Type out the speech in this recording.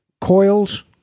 coils